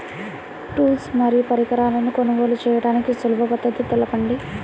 Tools మరియు పరికరాలను కొనుగోలు చేయడానికి సులభ పద్దతి తెలపండి?